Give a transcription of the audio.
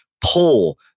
pull